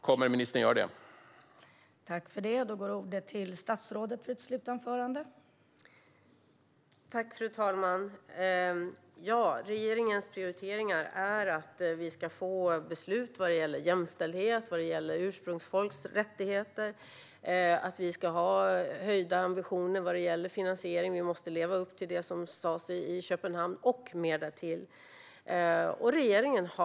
Kommer ministern att göra det?